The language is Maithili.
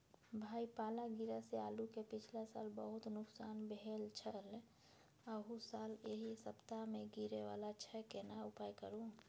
भाई पाला गिरा से आलू के पिछला साल बहुत नुकसान भेल छल अहू साल एहि सप्ताह में गिरे वाला छैय केना उपाय करू?